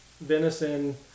venison